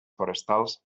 forestals